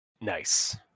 Nice